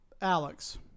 Alex